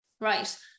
Right